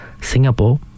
Singapore